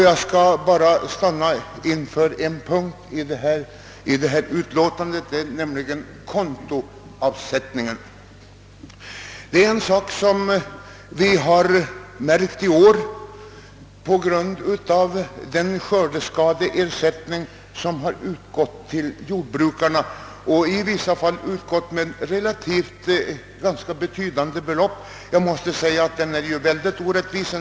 Jag skall bara stanna inför en punkt i betänkandet, nämligen kontoavsättningen. Jag måste säga att den skördeskadeersättning som i år utgått till jordbrukarna — i vissa fall med ganska betydande belopp — har utbetalats enligt ett synnerligen orättvist system.